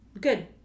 Good